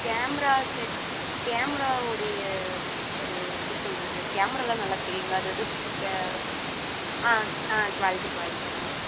camera set கேமராவுடைய அதை எப்படி சொல்கிறது கேமராலாம் நல்லா தெரியும்ங்களா அது அது ஆ ஆ க்வாலிட்டி க்வாலிட்டி ஆ